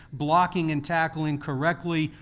blocking and tackling correctly,